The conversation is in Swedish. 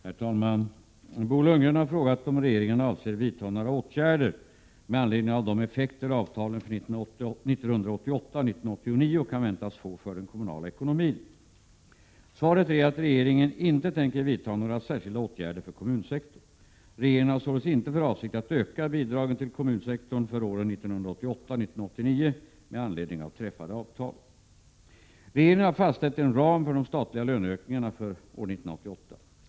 Herr talman! Bo Lundgren har frågat om regeringen avser vidta några åtgärder med anledning av de effekter avtalen för 1988 och 1989 kan väntas få för den kommunala ekonomin. Svaret är att regeringen inte tänker vidta några särskilda åtgärder för kommunsektorn. Regeringen har således inte för avsikt att öka bidragen till kommunsektorn för åren 1988 och 1989 med anledning av träffade avtal. Regeringen har fastställt en ram för de statliga lönenivåökningarna år 1988.